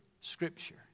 scripture